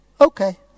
Okay